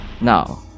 Now